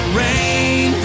rain